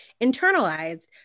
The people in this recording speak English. internalized